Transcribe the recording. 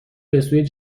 بسوی